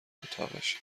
اتاقشه